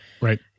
Right